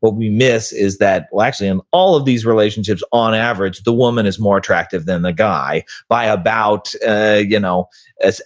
what we miss is that we'll actually in all of these relationships on average, the woman is more attractive than the guy by about ah you know